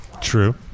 True